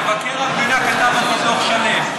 מבקר המדינה כתב על זה דוח שלם.